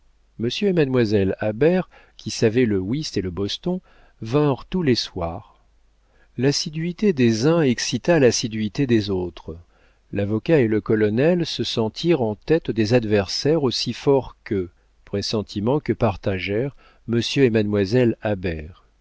monsieur et mademoiselle habert qui savaient le whist et le boston vinrent tous les soirs l'assiduité des uns excita l'assiduité des autres l'avocat et le colonel se sentirent en tête des adversaires aussi forts qu'eux pressentiment que partagèrent monsieur et mademoiselle